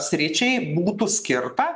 sričiai būtų skirta